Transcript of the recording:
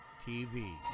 TV